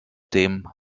dem